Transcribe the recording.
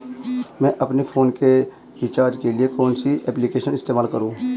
मैं अपने फोन के रिचार्ज के लिए कौन सी एप्लिकेशन इस्तेमाल करूँ?